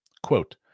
Quote